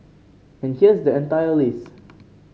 and here's the entire list